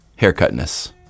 haircutness